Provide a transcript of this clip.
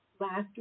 last